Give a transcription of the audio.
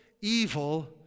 evil